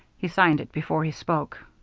he signed it before he spoke.